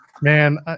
Man